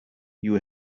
you